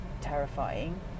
terrifying